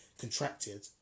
contracted